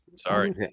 Sorry